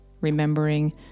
remembering